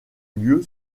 lieu